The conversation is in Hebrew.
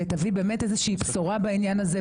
ותביא באמת איזושהי בשורה בעניין הזה,